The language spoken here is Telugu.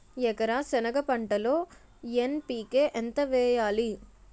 ఎకర సెనగ పంటలో ఎన్.పి.కె ఎంత వేయాలి?